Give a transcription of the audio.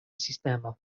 sistemo